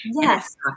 Yes